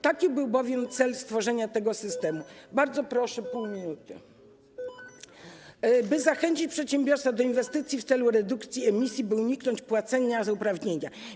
Taki był bowiem cel stworzenia tego systemu - bardzo proszę pół minuty - by zachęcić przedsiębiorstwa do inwestycji w celu redukcji emisji, by uniknąć płacenia za uprawnienia.